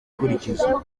gukurikiza